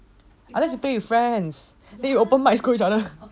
unless you play with friends they open mic scold each other